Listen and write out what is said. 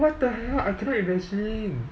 what the hell I cannot imagine